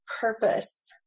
purpose